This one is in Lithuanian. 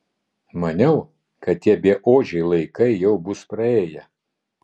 maniau kad tie beodžiai laikai jau bus praėję